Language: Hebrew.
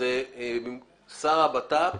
השרים הם שר לביטחון פנים,